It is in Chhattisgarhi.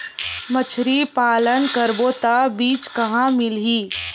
मछरी पालन करबो त बीज कहां मिलही?